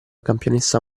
campionessa